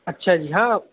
اچھا جی ہاں